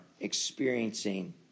experiencing